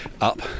up